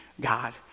God